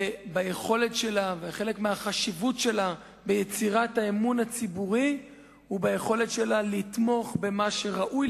וחלק מהחשיבות שלה ביצירת האמון הציבורי הוא ביכולת שלה לתמוך במה שראוי